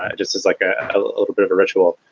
ah just as like a ritual.